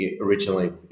originally